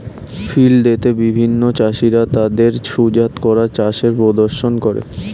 field day তে বিভিন্ন চাষীরা তাদের সুজাত করা চাষের প্রদর্শন করে